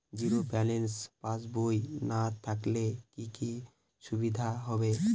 Zero balance পাসবই না থাকলে কি কী অসুবিধা হবে?